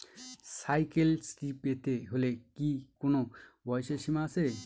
Cycle Shri পেতে হলে কি কোনো বয়সের সীমা আছে?